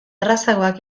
errazagoak